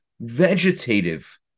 vegetative